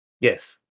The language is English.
Yes